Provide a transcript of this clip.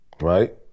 right